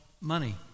money